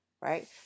right